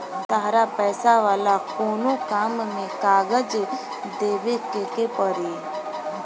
तहरा पैसा वाला कोनो काम में कागज देवेके के पड़ी